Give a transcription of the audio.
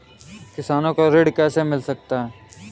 किसानों को ऋण कैसे मिल सकता है?